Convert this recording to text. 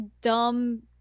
dumb